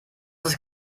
ist